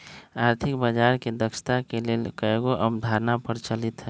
आर्थिक बजार के दक्षता के लेल कयगो अवधारणा प्रचलित हइ